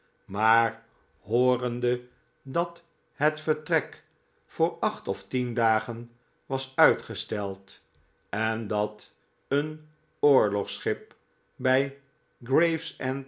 maar hoorende dat het vertrek voor acht of tien dagen was uitgesteld en dat een oorlogsschip bij